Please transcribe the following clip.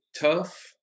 tough